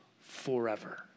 forever